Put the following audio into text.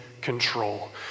control